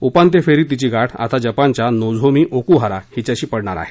उपांत्यफेरीत तिची गाठ आता जपानच्या नोझोमी ओक्हारा हिच्याशी पडेल